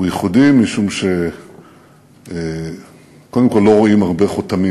הוא ייחודי קודם כול משום שלא רואים הרבה חותמים,